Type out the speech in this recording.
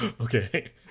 Okay